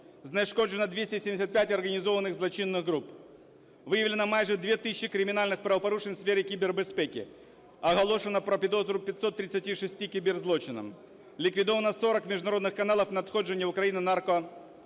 Знешкоджено 275 організованих злочинних груп. Виявлено майже 2 тисячі кримінальних правопорушень у сфері кібербезпеки. Оголошено про підозру 536 кіберзлочинам. Ліквідовано 40 міжнародних каналів надходжень в Україну наркозасобів.